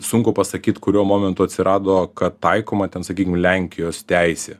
sunku pasakyt kuriuo momentu atsirado kad taikoma ten sakykim lenkijos teisė